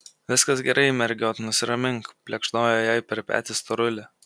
viskas gerai mergiot nusiramink plekšnojo jai per petį storulė